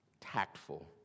tactful